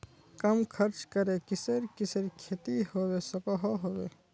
कम खर्च करे किसेर किसेर खेती होबे सकोहो होबे?